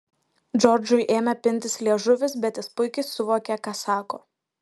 džordžui ėmė pintis liežuvis bet jis puikiai suvokė ką sako